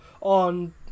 on